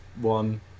one